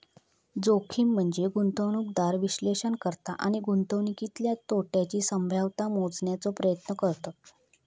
जोखीम म्हनजे गुंतवणूकदार विश्लेषण करता आणि गुंतवणुकीतल्या तोट्याची संभाव्यता मोजण्याचो प्रयत्न करतत